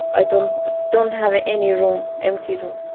i don't don't have ah any room, empty room.